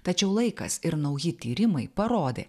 tačiau laikas ir nauji tyrimai parodė